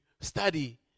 study